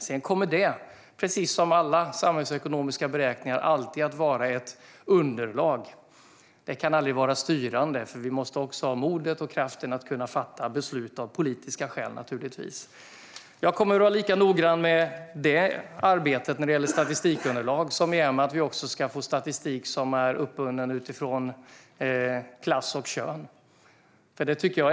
Sedan kommer detta, precis som alla samhällsekonomiska beräkningar, alltid att vara ett underlag och aldrig styrande, för vi måste givetvis ha modet och kraften att kunna fatta beslut av politiska skäl. Jag kommer att vara lika noggrann med arbetet med statistikunderlag som med att få statistik som är uppdelad efter klass och kön.